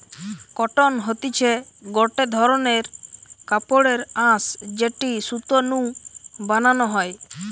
cotton হতিছে গটে ধরণের কাপড়ের আঁশ যেটি সুতো নু বানানো হয়